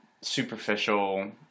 superficial